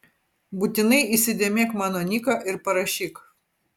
būtinai įsidėmėk mano niką ir parašyk